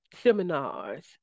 seminars